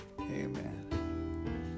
Amen